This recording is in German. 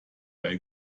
bei